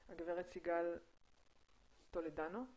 גב' סיגל שפיץ טולדנו.